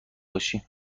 باشی